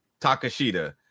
Takashita